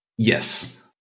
Yes